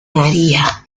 maría